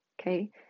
okay